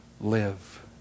live